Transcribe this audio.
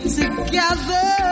together